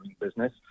business